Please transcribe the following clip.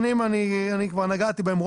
העקרוניים, אני כבר נגעתי בהם.